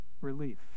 relief